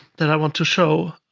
that i want to show.